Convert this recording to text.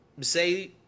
say